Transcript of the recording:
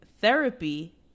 Therapy